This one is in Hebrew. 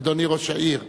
אדוני ראש העיר.